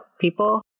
people